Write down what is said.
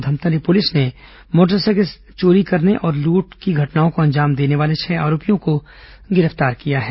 Dhamtari police ने motorcycle चोरी करने और लूट की घटनाओं को अंजाम देने वाले छह आरोपियों को गिरफ्तार किया है